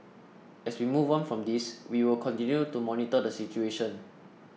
as we move on from this we will continue to monitor the situation